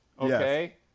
Okay